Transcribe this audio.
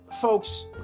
folks